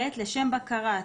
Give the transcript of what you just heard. (ב)לשם בקרה,